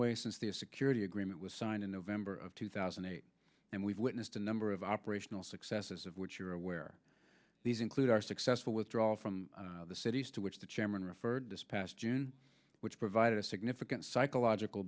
way since the security agreement was signed in november of two thousand and eight and we've witnessed a number of operational successes of which you're aware these include our successful withdrawal from the cities to which the chairman referred this past june which provided a significant psychological